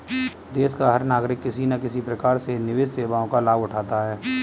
देश का हर नागरिक किसी न किसी प्रकार से निवेश सेवाओं का लाभ उठाता है